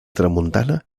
tramuntana